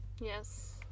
Yes